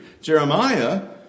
Jeremiah